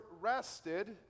rested